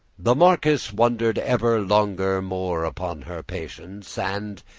the marquis wonder'd ever longer more upon her patience and,